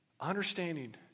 understanding